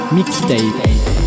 Mixtape